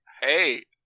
Hey